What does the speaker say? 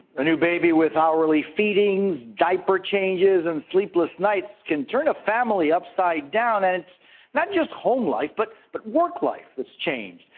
ah new baby with hourly feedings, diaper changes and sleepless nights can turn a family upside down. and it's not just home life, but but work life that's changed.